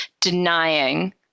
denying